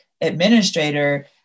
administrator